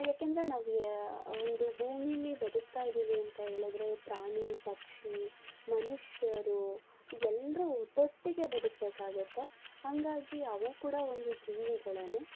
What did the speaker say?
ಯಾಕೆಂದರೆ ನಾವು ಯಾ ಒಂದು ಭೂಮಿಲಿ ಬದುಕ್ತಾ ಇದ್ದೀವಿ ಅಂತ ಹೇಳದ್ರೆ ಪ್ರಾಣಿ ಪಕ್ಷಿ ಮನುಷ್ಯರು ಎಲ್ರು ಒಟ್ಟೊಟ್ಟಿಗೆ ಬದುಕಬೇಕಾಗತ್ತೆ ಹಾಗಾಗಿ ಅವು ಕೂಡ ಒಂದು ಜೀವಿಗಳೇ